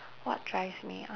what drives me ah